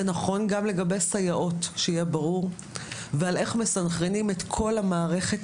זה נכון גם לגבי סייעות ועל איך מסנכרנים את כל המערכת